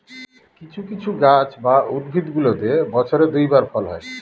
কিছু কিছু গাছ বা উদ্ভিদগুলোতে বছরে দুই বার ফল হয়